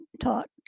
taught